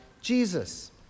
Jesus